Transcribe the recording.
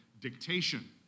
dictation